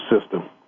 system